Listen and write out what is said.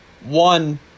One